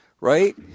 right